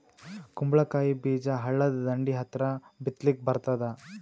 ಕುಂಬಳಕಾಯಿ ಬೀಜ ಹಳ್ಳದ ದಂಡಿ ಹತ್ರಾ ಬಿತ್ಲಿಕ ಬರತಾದ?